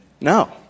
No